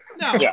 No